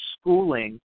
schooling